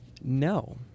No